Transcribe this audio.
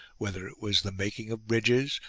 whether it was the making of bridges,